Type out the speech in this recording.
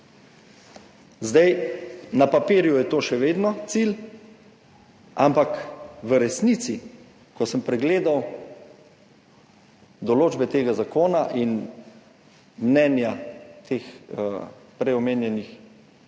Zdaj je na papirju to še vedno cilj, ampak v resnici, ko sem pregledal določbe tega zakona in mnenja teh prej omenjenih